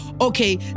okay